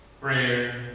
prayer